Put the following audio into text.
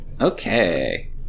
okay